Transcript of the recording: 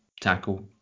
tackle